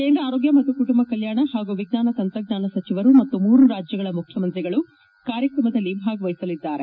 ಕೇಂದ್ರ ಆರೋಗ್ಯ ಮತ್ತು ಕುಟುಂಬ ಕಲ್ಲಾಣ ಹಾಗೂ ವಿಜ್ವಾನ ತಂತ್ರಜ್ವಾನ ಸಚಿವರು ಮತ್ತು ಮೂರು ರಾಜ್ಯಗಳ ಮುಖ್ಯಮಂತ್ರಿಗಳು ಕಾರ್ಯಕ್ರಮದಲ್ಲಿ ಭಾಗವಹಿಸಲಿದ್ದಾರೆ